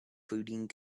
coding